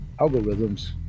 algorithms